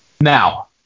now